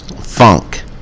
FUNK